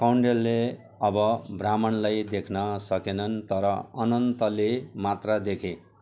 कौन्डिन्यले अब ब्राह्मणलाई देख्न सकेनन् तर अनन्तले मात्र देखे